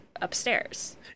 upstairs